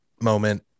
moment